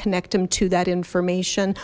connect them to that information